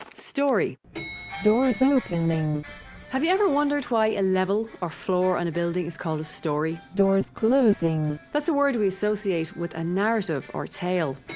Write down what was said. storey doors opening have you ever wondered why a level, or floor, in a building is called a storey? doors closing that's a word we associate with a narrative or tale.